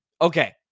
Okay